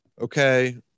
Okay